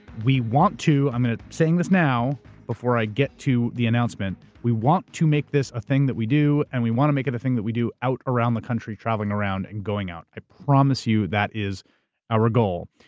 we want to. i'm saying this now before i get to the announcement. we want to make this a thing that we do. and we want to make it a thing that we do out around the country, traveling around and going out. i promise you that is our goal.